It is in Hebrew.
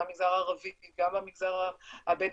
גם במגזר הערבי וגם במגזר הבדואי,